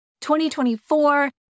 2024